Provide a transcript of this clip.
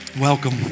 Welcome